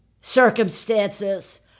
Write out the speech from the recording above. circumstances